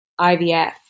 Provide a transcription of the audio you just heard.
IVF